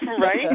Right